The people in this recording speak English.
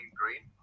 green